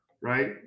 right